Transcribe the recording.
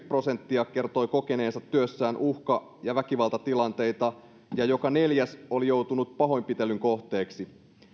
prosenttia kertoi kokeneensa työssään uhka ja väkivaltatilanteita ja joka neljäs oli joutunut pahoinpitelyn kohteeksi